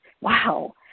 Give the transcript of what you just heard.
Wow